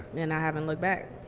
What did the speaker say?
and i haven't looked back.